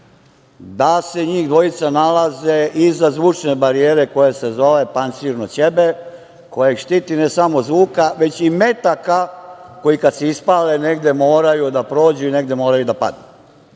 da se njih dvojica nalaze iza zvučne barijere koja se zove pancirno ćebe, koje ih štiti ne samo od zvuka, već i metaka koji kada se ispale negde moraju da prođu i negde moraju da padnu.